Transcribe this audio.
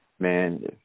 Man